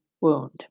wound